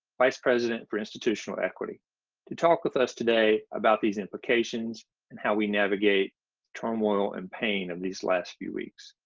vice president for institutional equity to talk with us today about these implications and how we navigate the turmoil and pain of these last few weeks.